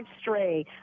stray